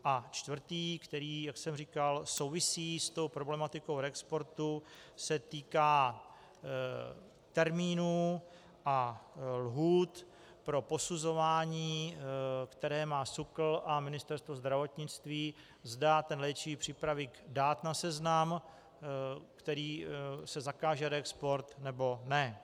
A čtvrtý, který, jak jsem říkal, souvisí s tou problematikou reexportu, se týká termínů a lhůt pro posuzování, které má SÚKL a Ministerstvo zdravotnictví, zda ten léčivý přípravek dát na seznam, kterým se zakáže reexport, nebo ne.